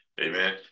Amen